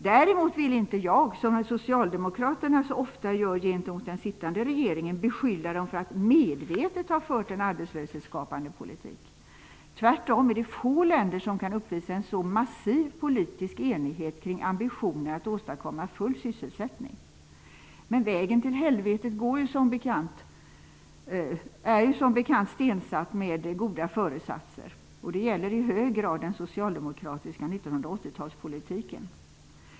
Däremot vill jag inte, som Socialdemokraterna så ofta gör gentemot den sittande regeringen, beskylla dem för att medvetet ha fört en arbetslöshetsskapande politik. Tvärtom är det få länder som kan uppvisa en så massiv politisk enighet kring ambitionen att åstadkomma full sysselsättning. Men vägen till helvetet är ju, som bekant, stensatt med goda föresatser. Det gäller i hög grad den socialdemokratiska 1980 talspolitiken.